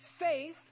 faith